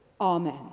Amen